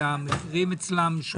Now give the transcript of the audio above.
שהמחירים אצלם שונים?